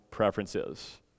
preferences